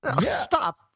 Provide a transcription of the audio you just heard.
Stop